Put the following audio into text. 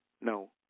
no